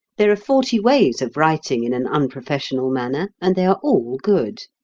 there are forty ways of writing in an unprofessional manner, and they are all good.